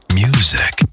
music